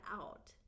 out